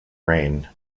rain